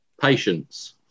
patience